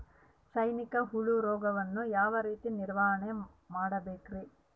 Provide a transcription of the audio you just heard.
ಸೈನಿಕ ಹುಳು ರೋಗವನ್ನು ಯಾವ ರೇತಿ ನಿರ್ವಹಣೆ ಮಾಡಬೇಕ್ರಿ?